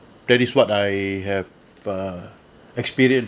that is what I have err experience